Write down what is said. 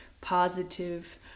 positive